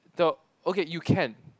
the okay you can